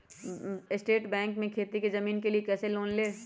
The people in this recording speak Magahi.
स्टेट बैंक से खेती की जमीन के लिए कैसे लोन ले?